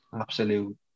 absolute